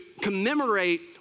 commemorate